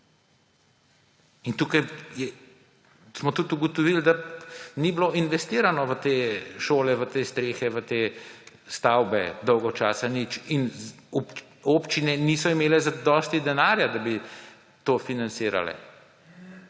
Ugotovili smo tudi, da ni bilo investirano v te šole, v te strehe, v te stavbe dolgo časa nič in občine niso imele zadosti denarja, da bi to financirale,